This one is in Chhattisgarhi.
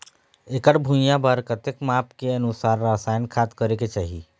एकड़ भुइयां बार कतेक माप के अनुसार रसायन खाद करें के चाही?